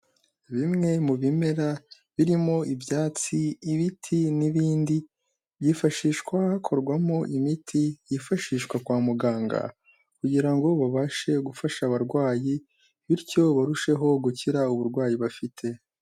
Bimwe mu bimera birimo ibyatsi, ibiti n'ibindi byifashishwa hakorwamo imiti yifashishwa kwa muganga kugira ngo babashe gufasha abarwayi bityo barusheho gukira uburwayi bafite.